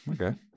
Okay